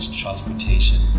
transportation